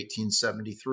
1873